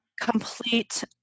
complete